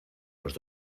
los